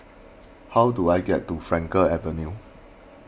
how do I get to Frankel Avenue